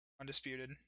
undisputed